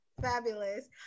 Fabulous